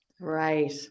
right